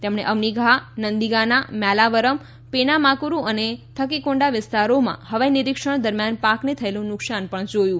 તેમણે અવનીગહા નંદીગાના મ્યાલાવરમ પેનામાકુરુ અને થકીકોંડા વિસ્તારમાં હવાઇ નિરીક્ષણ દરમિયાન પાકને થયેલું નુકશાન પણ જોયું